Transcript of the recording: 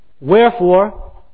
Wherefore